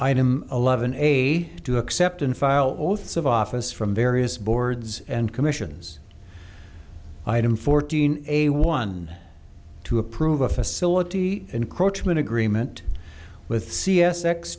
item eleven a to accept and file oaths of office from various boards and commissions item fourteen a one to approve a facility encroachment agreement with c s